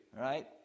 right